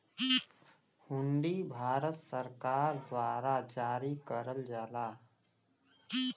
हुंडी भारत सरकार द्वारा जारी करल जाला